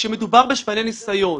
כשמדובר בשפני ניסיון,